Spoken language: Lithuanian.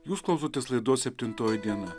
jūs klausotės laidos septintoji diena